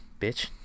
bitch